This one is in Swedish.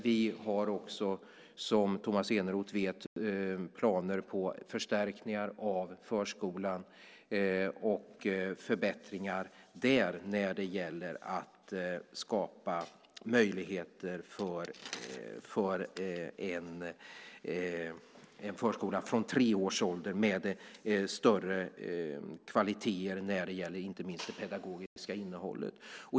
Vi har också, som Tomas Eneroth vet, planer på förstärkningar av förskolan och förbättringar där när det gäller att skapa möjligheter för en förskola för barn från tre års ålder, med större kvaliteter när det gäller inte minst det pedagogiska innehållet.